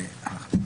מ-59ג עד 59ז,